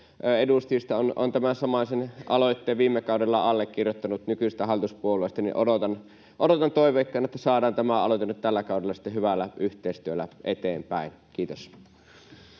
edustajista on tämän samaisen aloitteen viime kaudella allekirjoittanut. Odotan toiveikkaana, että saadaan tämä aloite nyt tällä kaudella sitten hyvällä yhteistyöllä eteenpäin. — Kiitos.